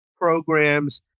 programs